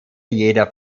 jeder